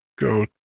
go